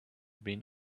been